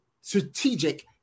strategic